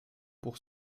pour